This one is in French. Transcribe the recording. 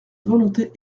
volonté